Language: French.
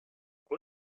quoi